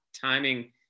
timing